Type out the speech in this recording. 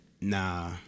Nah